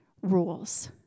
rules